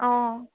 অঁ